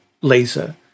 laser